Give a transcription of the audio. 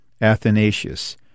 Athanasius